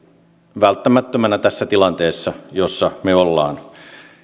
välttämättömänä tässä tilanteessa jossa me olemme